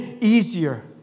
easier